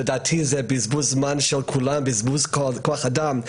לדעתי, זה בזבוז זמן של כולם, בזבוז כוח אדם.